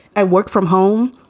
i work from home.